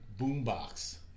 boombox